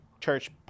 church